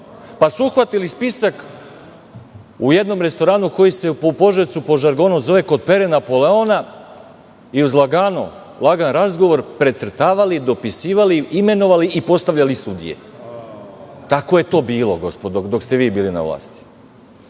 pa su uhvatili spisak u jednom restoranu koji se u Požarevcu po žargonu zove "Kod Pere Napoleona" i uz lagan razgovor precrtavali, dopisivali, imenovali i postavljali sudije. Tako je to bilo gospodo dok ste vi bili na vlasti. Kada